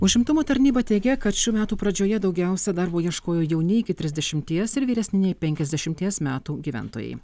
užimtumo tarnyba teigia kad šių metų pradžioje daugiausiai darbo ieškojo jauni iki trisdešimties ir vyresni nei penkiasdešimties metų gyventojai